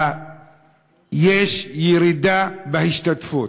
יש ירידה בהשתתפות.